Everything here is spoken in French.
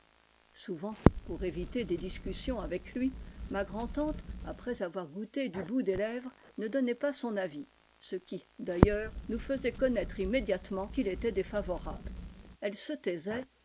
souvent pour évi r des discussions avec lui ma grand'tante après voir goûté du bout des lèvres ne donnait pas son vis ce qui d'ailleurs nous faisait connaître imméiatement qu'il était défavorable elle se taisait